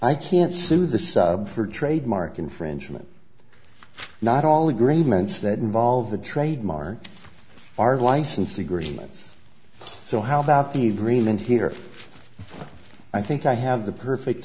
i can't sue the sub for trademark infringement not all agreements that involve the trademark are license agreements so how about the bream and here i think i have the perfect